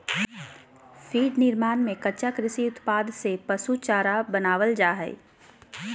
feed निर्माण में कच्चा कृषि उत्पाद से पशु चारा बनावल जा हइ